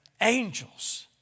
angels